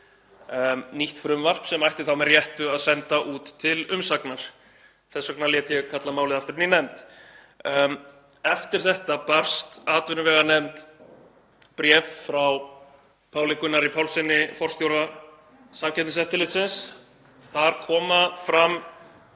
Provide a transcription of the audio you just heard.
nýtt frumvarp sem ætti með réttu að senda út til umsagnar. Þess vegna lét ég kalla málið aftur inn í nefnd. Eftir þetta barst atvinnuveganefnd bréf frá Páli Gunnari Pálssyni, forstjóra Samkeppniseftirlitsins. Þar koma fram